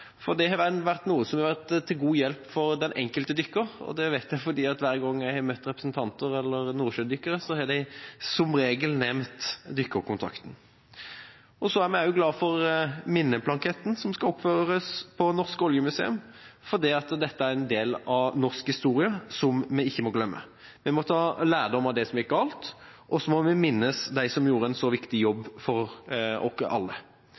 fortsette. Den har vært til god hjelp for den enkelte dykker. Det vet jeg, for hver gang jeg har møtt representanter for nordsjødykkere, har de som regel nevnt Dykkerkontakten. Vi er glad for minneplaketten som skal oppføres på Norsk Oljemuseum, fordi dette er en del av norsk historie, som vi ikke må glemme. Vi må ta lærdom av det som gikk galt, og vi må minnes dem som gjorde en så viktig jobb for oss alle.